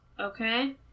Okay